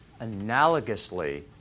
analogously